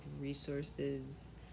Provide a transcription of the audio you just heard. resources